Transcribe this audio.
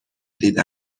دیده